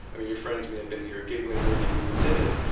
i mean your friends may have been here giggling with you when you did it,